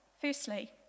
Firstly